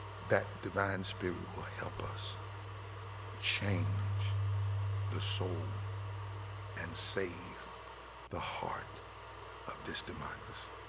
that divine spirit will help us change the soul and save the heart of this democracy.